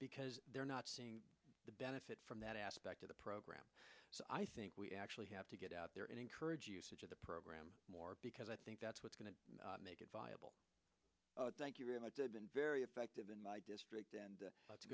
because they're not seeing the benefit from that aspect of the program so i think we actually have to get out there and encourage usage of the program more because i think that's what's going to make it viable thank you very much been very effective in my district